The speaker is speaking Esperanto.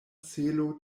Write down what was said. celo